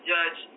Judge